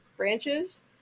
Branches